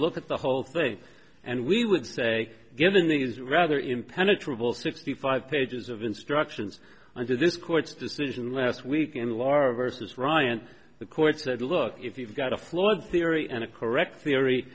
look at the whole thing and we would say given these rather impenetrable sixty five pages of instructions and this court's decision last week and laurie versus ryan the court said look if you've got a flawed theory and a correct theory